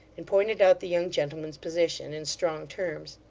and pointed out the young gentleman's position, in strong terms.